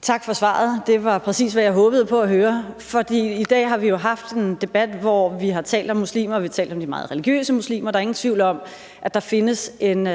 Tak for svaret. Det var, præcis hvad jeg håbede på at høre, fordi i dag har vi jo haft en debat, hvor vi har talt om muslimer, vi har talt om de meget religiøse muslimer, og der er ingen tvivl om, at der findes en